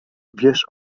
wiesz